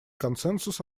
консенсус